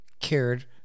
cared